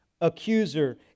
accuser